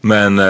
Men